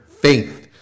faith